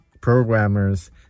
programmers